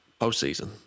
postseason